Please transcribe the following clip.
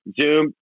Zoom